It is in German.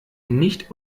nicht